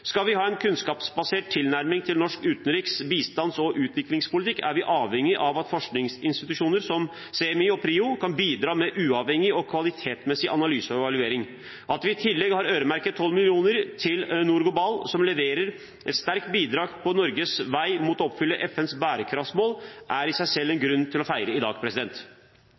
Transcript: Skal vi ha en kunnskapsbasert tilnærming til norsk utenriks-, bistands- og utviklingspolitikk, er vi avhengige av at forskningsinstitusjoner som CMI og PRIO kan bidra med uavhengig og kvalitetsmessig analyse og evaluering. At vi i tillegg har øremerket 12 mill. kr til NORGLOBAL, som leverer et sterkt bidrag på Norges vei mot å oppfylle FNs bærekraftsmål, er i seg selv en grunn til å feire i dag.